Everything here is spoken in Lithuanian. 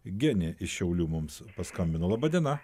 genė iš šiaulių mums paskambino laba diena